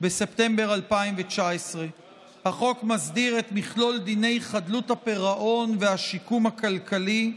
בספטמבר 2019. החוק מסדיר את מכלול דיני חדלות הפירעון והשיקום הכלכלי,